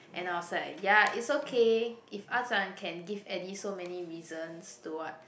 and I was like ya it's okay if Ah-Chong can give Eddie so many reasons to what